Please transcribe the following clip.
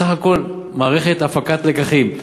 סך הכול מערכת הפקת לקחים.